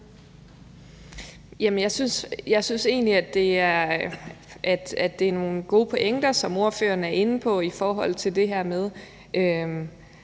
Jeg synes egentlig, at det er nogle gode pointer, som hr. Kim Edberg Andersen er inde på i forhold til det her med,